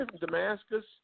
Damascus